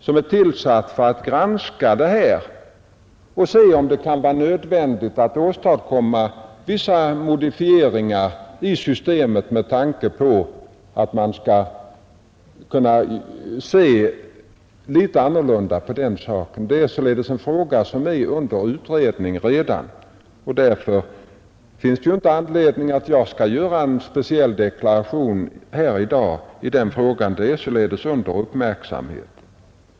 Den är tillsatt för att granska det och se om det kan vara nödvändigt att åstadkomma vissa modifieringar i systemet. Därför finns det ingen anledning att jag skall göra en särskild deklaration i den frågan här i dag. Den är således under uppmärksamhet.